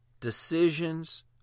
decisions